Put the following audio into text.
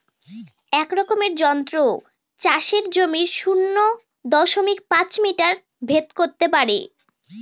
এক রকমের যন্ত্র চাষের জমির শূন্য দশমিক পাঁচ মিটার ভেদ করত পারে